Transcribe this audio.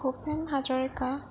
Bhupen Hazarika